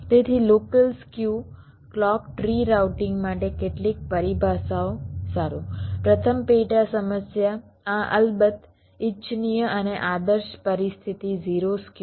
તેથી clock skew clock tree routing માટે કેટલીક પરિભાષાઓ સારું પ્રથમ પેટા સમસ્યા આ અલબત્ત ઇચ્છનીય અને આદર્શ પરિસ્થિતિ 0 સ્ક્યુ છે